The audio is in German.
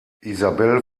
isabel